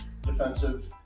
defensive